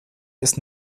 ist